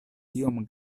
tiom